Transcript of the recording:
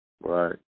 Right